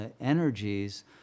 energies